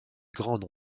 grands